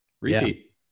Repeat